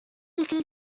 little